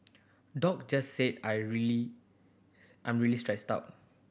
Doc just said I really I'm really stressed out